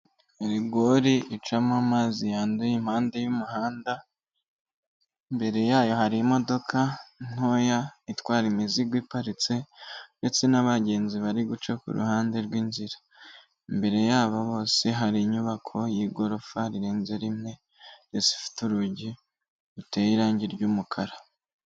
Rigori icamo amazi yanduye impande y'umuhanda, imbere yayo hari imodoka ntoya itwara imizigo iparitse ndetse n'abagenzi bari guca ku ruhande rw'inzira, imbere yabo bose hari inyubako y'igorofa rirenze rimwe, inzu ifite urugi ruteye irange ry'umukara.